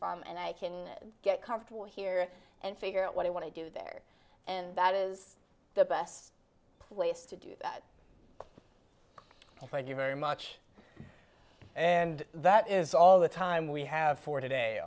from and i can get comfortable here and figure out what i want to do there and that is the best place to do that if i do very much and that is all the time we have for today